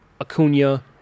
Acuna